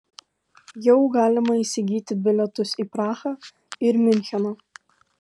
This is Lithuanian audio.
jau galima įsigyti bilietus į prahą ir miuncheną